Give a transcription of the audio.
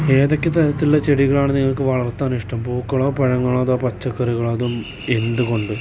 ഏതൊക്കെ തരത്തിലുള്ള ചെടികളാണ് നിങ്ങൾക്ക് വളർത്താൻ ഇഷ്ടം പൂക്കളോ പഴങ്ങളോ അതോ പച്ചക്കറികളോ അതും എന്തുകൊണ്ട്